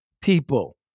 people